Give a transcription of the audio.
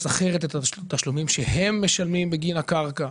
אחרת את התשלומים שהם משלמים בגין הקרקע.